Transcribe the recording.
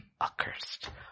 accursed